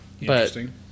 Interesting